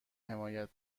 حمایت